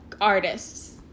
Artists